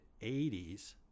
80s